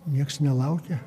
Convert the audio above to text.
nieks nelaukia